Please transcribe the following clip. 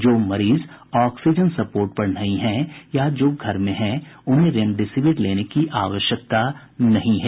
जो मरीज oxygen support पर नहीं है या जो घर में हैं उन्हें रेमडेसिविर लेने की आवश्यकता नहीं है